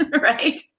Right